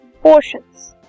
portions